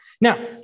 Now